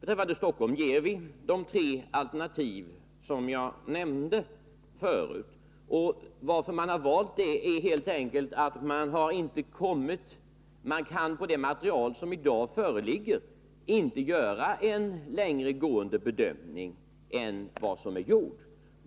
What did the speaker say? Beträffande Stockholm ger vi de tre alternativ som jag nämnde förut. Anledningen till att vi har valt dem är helt enkelt att vi med det material som i dag föreligger inte kan göra en längre gående bedömning än den som är gjord.